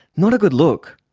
not a good look.